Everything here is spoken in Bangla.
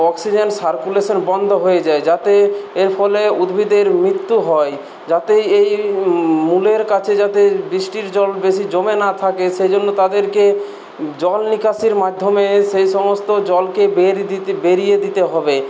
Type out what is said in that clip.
অক্সিজেন সার্কুলেশন বন্ধ হয়ে যায় যাতে এর ফলে উদ্ভিদের মৃত্যু হয় যাতে এই মূলের কাছে যাতে বৃষ্টির জল বেশি জমে না থাকে সেই জন্য তাদেরকে জল নিকাশির মাধ্যমে সেই সমস্ত জলকে বের দিতে বেরিয়ে দিতে হবে